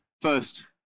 First